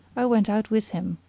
i went out with him,